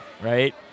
right